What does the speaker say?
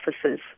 offices